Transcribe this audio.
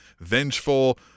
vengeful